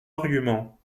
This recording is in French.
argument